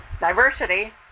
diversity